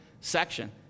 section